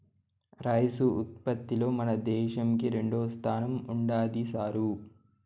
rice ఉత్పత్తిలో మన దేశంకి రెండోస్థానం ఉండాది సారూ